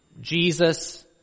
Jesus